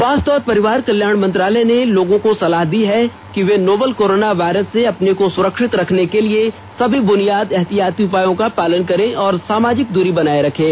स्वास्थ्य और परिवार कल्याण मंत्रालय ने लोगों को सलाह दी है कि वे नोवल कोरोना वायरस से अपने को सुरक्षित रखने के लिए सभी बुनियादी एहतियाती उपायों का पालन करें और सामाजिक दूरी बनाए रखें